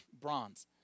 bronze